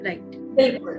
right